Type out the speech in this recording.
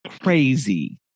crazy